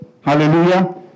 hallelujah